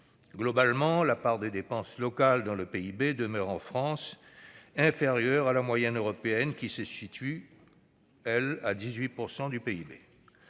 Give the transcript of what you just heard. Globalement, la part des dépenses locales dans le PIB demeure en France inférieure à la moyenne européenne, qui se situe à 18 % du PIB.